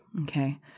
Okay